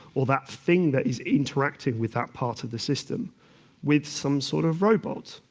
or that thing that is interactive with that part of the system with some sort of robot.